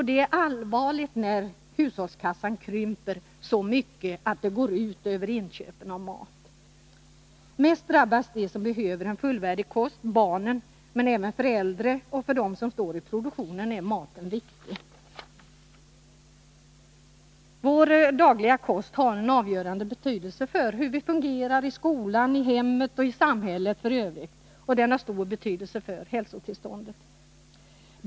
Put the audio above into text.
Det är allvarligt när hushållskassan krymper så mycket att det går ut över inköpen av mat. Mest drabbas de som behöver en fullvärdig kost — barnen. Men även för äldre och för dem som står i produktionen är maten viktig. Vår dagliga kost har en avgörande betydelse för hur vi fungerar i skola, hem och i samhälle i övrigt. Den har stor betydelse för hälsotillståndet.